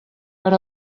per